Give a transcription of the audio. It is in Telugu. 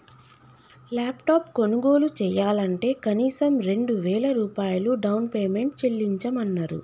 ల్యాప్టాప్ కొనుగోలు చెయ్యాలంటే కనీసం రెండు వేల రూపాయలు డౌన్ పేమెంట్ చెల్లించమన్నరు